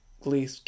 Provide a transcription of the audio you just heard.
Glee